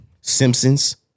Simpsons